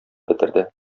бетерде